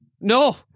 no